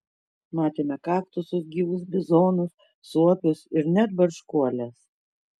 matėme kaktusus gyvus bizonus suopius ir net barškuoles